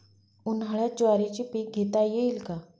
उन्हाळ्यात ज्वारीचे पीक घेता येईल का?